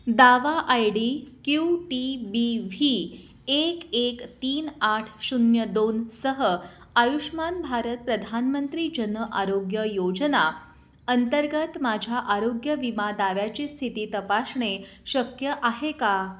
दावा I D Q T B V एक एक तीन आठ शून्य दोनसह आयुष्मान भारत प्रधानमंत्री जन आरोग्य योजना अंतर्गत माझ्या आरोग्य विमा दाव्याची स्थिती तपासणे शक्य आहे का